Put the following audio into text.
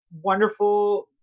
wonderful